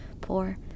poor